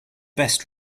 best